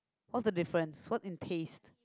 what's the difference what in taste